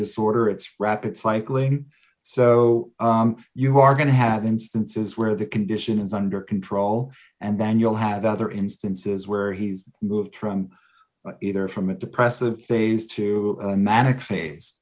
disorder it's rapid cycling so you are going to have instances where the condition is under control and then you'll have other instances where he's moved from either from a depressive phase to a manic